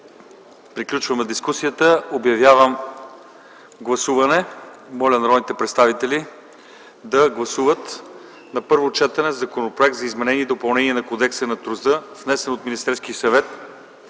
приключваме дискусията. Обявявам гласуване. Моля народните представители да гласуват на първо четене Законопроекта за изменение и допълнение на Кодекса на труда, внесен от Министерския съвет